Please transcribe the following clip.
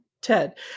Ted